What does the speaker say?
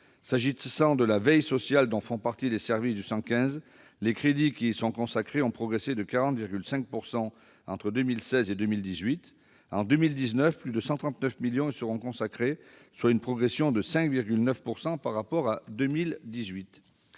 S'agissant de la veille sociale, dont relèvent les services du 115, les crédits qui lui sont alloués ont progressé de 40,5 % entre 2016 et 2018. En 2019, plus de 139 millions d'euros y seront consacrés, soit une progression de 5,9 % par rapport à 2018.